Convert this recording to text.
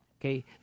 okay